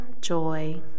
joy